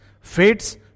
fates